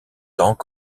tant